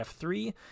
F3